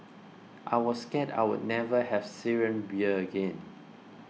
I was scared I'd never have Syrian beer again